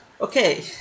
Okay